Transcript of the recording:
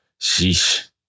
Sheesh